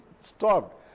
stopped